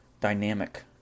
dynamic